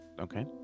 Okay